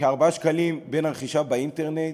הרכישה באינטרנט